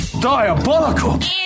Diabolical